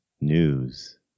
news